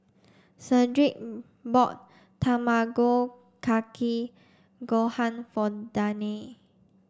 Shedrick bought Tamago Kake Gohan for Dannie